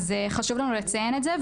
חשוב לנו לציין את זה,